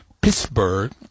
Pittsburgh